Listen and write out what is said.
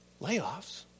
Layoffs